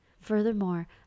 Furthermore